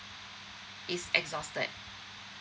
is exhausted